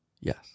Yes